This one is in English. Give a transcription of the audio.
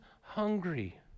hungry